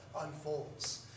unfolds